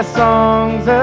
songs